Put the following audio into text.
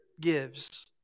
gives